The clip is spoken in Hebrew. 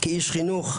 כאיש חינוך,